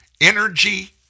energy